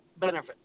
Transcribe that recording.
benefits